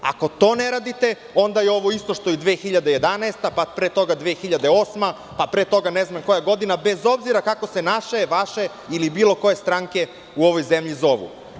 Ako to ne radite onda je ovo isto što i 2011, pre toga 2008, pre toga ne znam koja godina, bez obzira kako se naše, vaše ili bilo koje stranke u ovoj zemlji zovu.